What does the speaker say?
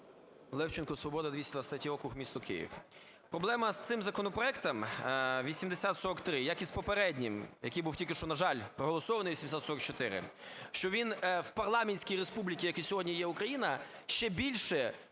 Левченко, "Свобода", 223 округ, місто Київ. Проблема з цим законопроектом 8043, як і з попереднім, який був тільки що, на жаль. проголосований, 8044, що він в парламентській республіці, якою є сьогодні Україна, ще більше